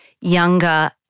younger